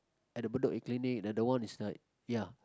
at the Bedok clinic the other one is like ya